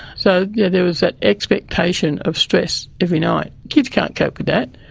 so yeah there was that expectation of stress every night. kids can't cope with that,